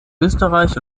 österreich